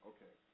Okay